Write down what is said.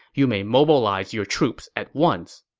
you may mobilize your troops at once.